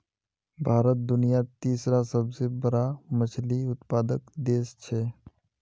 भारत दुनियार तीसरा सबसे बड़ा मछली उत्पादक देश छे